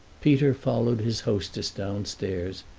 peter followed his hostess downstairs,